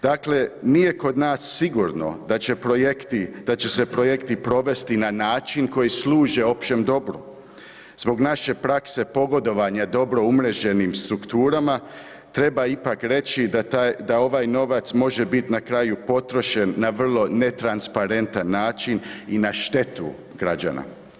Dakle, nije kod nas sigurno da će se projekti provesti na način koji služe općem dobru, zbog naše prakse pogodovanja dobro umreženim strukturama treba ipak reći da ovaj novac može biti na kraju potrošen na vrlo netransparentan način i na štetu građana.